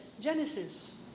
Genesis